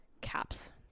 caps